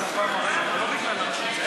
בשפה הערבית),